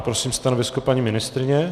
Prosím stanovisko paní ministryně.